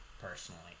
personally